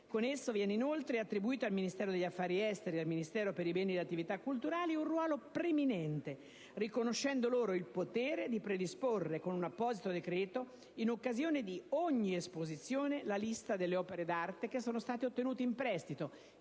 Con esso, viene inoltre attribuito al Ministero degli affari esteri e al Ministero per i beni e le attività culturali un ruolo preminente, riconoscendo loro il potere di predisporre, con un apposito decreto, in occasione di ogni esposizione, la lista delle opere d'arte che sono state ottenute in prestito,